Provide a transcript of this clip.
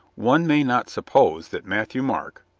one may not suppose that mat thieu-marc,